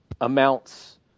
amounts